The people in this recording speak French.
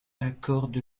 accorde